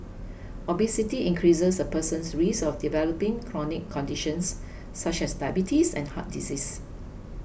obesity increases a person's risk of developing chronic conditions such as diabetes and heart disease